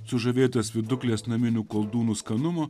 sužavėtas viduklės naminių koldūnų skanumo